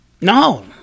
No